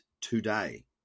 today